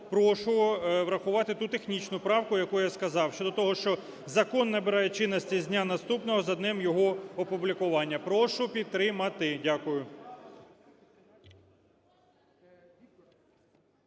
прошу врахувати ту технічну правку, яку я сказав щодо того, що закон набирає чинності з дня, наступного з одним його опублікуванням. Прошу підтримати. Дякую.